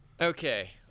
Okay